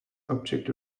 object